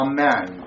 Amen